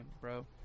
bro